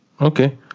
Okay